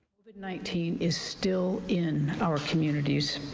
covid nineteen is still in our communities,